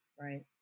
right